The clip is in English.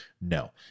No